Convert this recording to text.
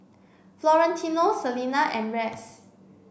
Florentino Selina and Rex